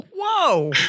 Whoa